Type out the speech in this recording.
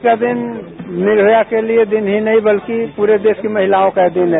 आज का दिन निर्भया के लिये दिन ही नहीं बल्कि पूरे देश के महिलाओं का दिन है